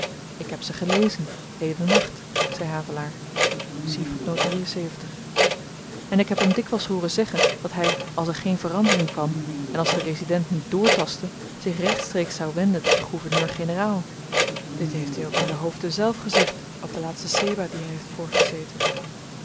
ik heb ze gelezen heden nacht zei havelaar en ik heb hem dikwyls hooren zeggen dat hy als er geen verandering kwam en als de resident niet doortastte zich rechtstreeks zou wenden tot den gouverneur-generaal dit heeft hy ook aan de hoofden zelf gezegd op den laatsten sebah dien hy heeft